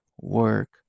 work